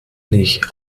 nicht